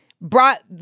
Brought